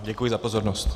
Děkuji za pozornost.